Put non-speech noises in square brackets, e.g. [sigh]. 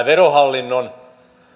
[unintelligible] verohallinnon